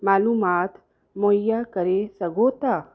मालूमात मुहैया करे सघो था